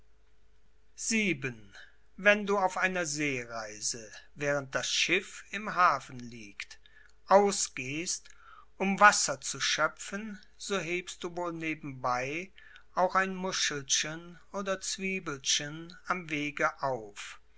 wenn du auf einer seereise während das schiff im hafen liegt ausgehst um wasser zu schöpfen so hebst du wohl nebenbei auch ein muschelchen oder zwiebelchen am wege auf